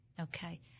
okay